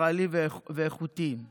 ישראלי ואיכותי;